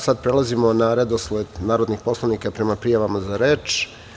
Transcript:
Sada prelazimo na redosled narodnih poslanika prema prijavama za reč.